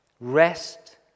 rest